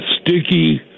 sticky